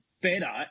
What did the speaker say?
better